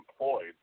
employed